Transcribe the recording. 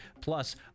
plus